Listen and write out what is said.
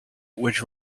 which